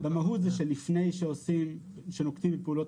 במהות זה שלפני שעושים ונוקטים בפעולות